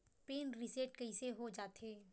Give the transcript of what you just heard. Pin reset कइसे हो जाथे?